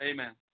Amen